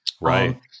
Right